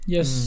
Yes